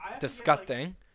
Disgusting